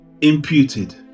imputed